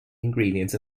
ingredients